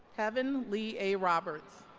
heaven le a roberts